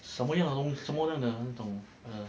什么样东什么样的那种